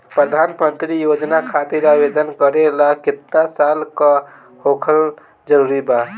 प्रधानमंत्री योजना खातिर आवेदन करे ला केतना साल क होखल जरूरी बा?